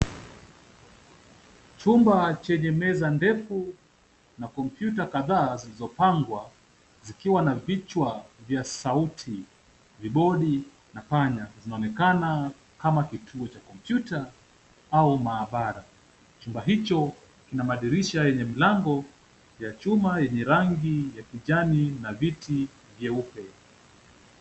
Chumba chenye meza ndefu na kompyuta kadhaa zilizopangwa, zikiwa na vichwa vya sauti, vibodi na panya. Zinaonekana kama kituo cha kompyuta au maabara. Chumba hicho kina madirisha yenye mlango wa chuma yenye rangi ya kijani na viti vyeupe.